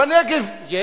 בנגב יש